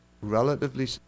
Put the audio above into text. relatively